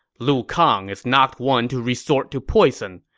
lu kang is not one to resort to poison.